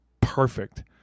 perfect